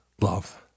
Love